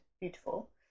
beautiful